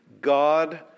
God